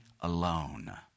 Alone